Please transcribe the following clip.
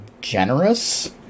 generous